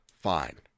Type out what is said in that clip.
fine